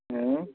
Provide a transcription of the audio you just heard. ଉଁ